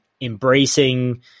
embracing